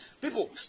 People